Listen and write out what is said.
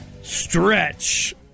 Stretch